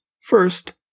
First